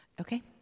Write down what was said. Okay